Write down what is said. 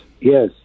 yes